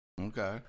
Okay